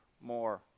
more